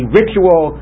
ritual